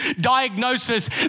diagnosis